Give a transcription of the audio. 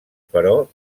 però